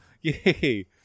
Yay